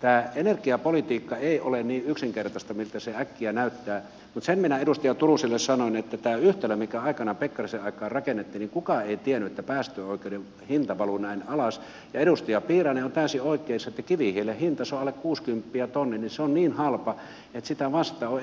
tämä energiapolitiikka ei ole niin yksinkertaista kuin miltä se äkkiä näyttää mutta sen minä edustaja turuselle sanon että tässä yhtälössä mikä aikanaan pekkarisen aikaan rakennettiin kukaan ei tiennyt että päästöoikeuden hinta valuu näin alas ja edustaja piirainen on täysin oikeassa että kivihiilen hinta se on alle kuusikymppiä tonnilta on niin halpa että sitä vastaan on